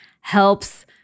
helps